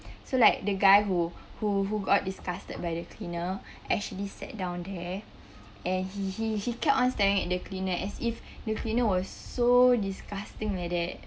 so like the guy who who who got disgusted by the cleaner actually sat down there and he he he kept on staring at the cleaner as if the cleaner was so disgusting like that